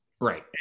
right